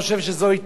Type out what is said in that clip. אני שמעתי